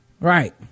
Right